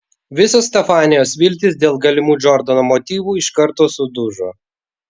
visos stefanijos viltys dėl galimų džordano motyvų iš karto sudužo